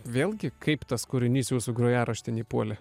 vėlgi kaip tas kūrinys jūsų grojaraštin įpuolė